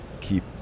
keep